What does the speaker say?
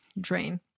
drain